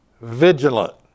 Vigilant